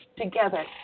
together